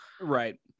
Right